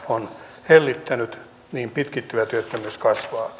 on hellittänyt niin pitkittyvä työttömyys kasvaa